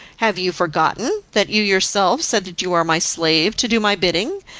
have you forgotten that you yourself said that you are my slave to do my bidding,